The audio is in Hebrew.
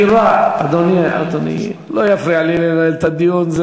אדוני לא יפריע לי לנהל את הדיון.